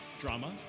drama